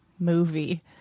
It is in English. movie